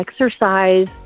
exercise